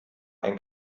ein